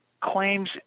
claims